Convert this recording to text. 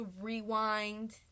Rewind